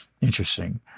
Interesting